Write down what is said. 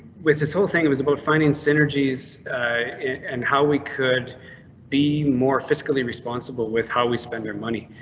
with this whole thing is about finding synergies and how we could be more fiscally responsible with how we spend their money.